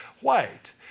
white